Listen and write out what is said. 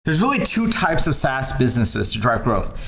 there's really two types of sas businesses to drive growth.